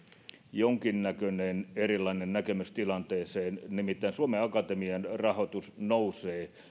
jonkinnäköinen erilainen näkemys tilanteesta nimittäin suomen akatemian rahoitus nousee